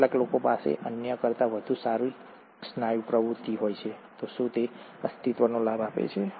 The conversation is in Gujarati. કેટલાક લોકો પાસે અન્ય કરતા વધુ સારી સ્નાયુ પ્રવૃત્તિ હોય છે શું તે અસ્તિત્વનો લાભ આપે છે